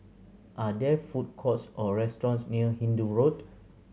are there food courts or restaurants near Hindoo Road